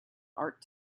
art